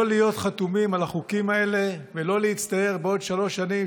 לא להיות חתומים על החוקים האלה ולא להצטער בעוד שלוש שנים,